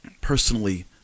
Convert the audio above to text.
personally